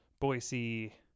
Boise